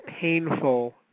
painful